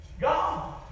God